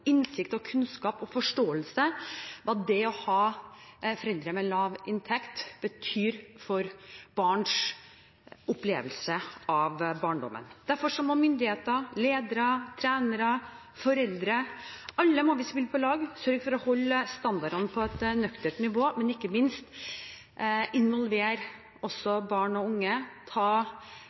innsikt i, kunnskap om og forståelse for hva det å ha foreldre med lav inntekt betyr for barns opplevelse av barndommen. Derfor må myndigheter, ledere, trenere, foreldre – alle – spille på lag for å holde standardene på et nøkternt nivå. Ikke minst må man involvere barn og unge, ta